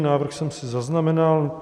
Návrh jsem si zaznamenal.